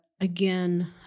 again